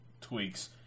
tweaks